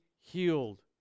healed